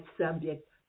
subject